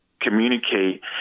communicate